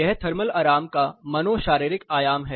यह थर्मल आराम का मनो शारीरिक आयाम है